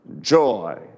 joy